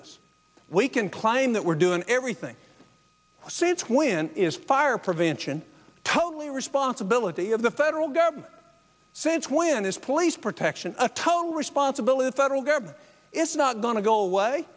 us we can claim that we're doing everything since when is fire prevention totally responsibility of the federal government since when is police protection a total responsibility federal government is not going to go away